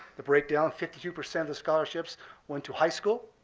the breakdown fifty two percent the scholarships went to high school,